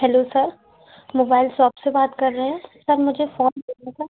hello sir mobile shop से बात कर रहे हैं सर मुझे फ़ोन लेना था